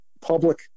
public